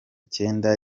icyenda